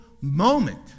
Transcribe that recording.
moment